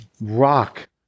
rock